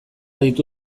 ditu